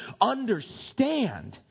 understand